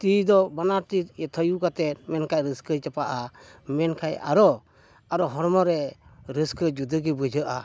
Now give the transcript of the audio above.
ᱛᱤ ᱫᱚ ᱵᱟᱱᱟᱨ ᱛᱤ ᱛᱷᱟᱭᱚ ᱠᱟᱛᱮᱫ ᱢᱮᱱᱠᱷᱟᱱ ᱨᱟᱹᱥᱠᱟᱹ ᱪᱟᱯᱟᱜᱼᱟ ᱢᱮᱱᱠᱷᱟᱱ ᱟᱨᱚ ᱟᱨᱚ ᱦᱚᱲᱢᱚ ᱨᱮ ᱨᱟᱹᱥᱠᱟᱹ ᱡᱩᱫᱟᱹ ᱜᱮ ᱵᱩᱡᱷᱟᱹᱜᱼᱟ